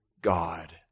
God